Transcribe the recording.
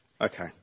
Okay